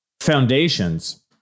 foundations